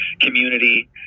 community